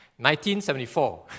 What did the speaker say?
1974